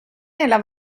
nella